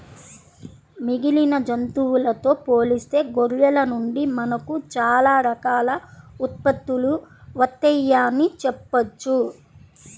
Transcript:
మిగిలిన జంతువులతో పోలిస్తే గొర్రెల నుండి మనకు చాలా రకాల ఉత్పత్తులు వత్తయ్యని చెప్పొచ్చు